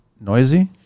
noisy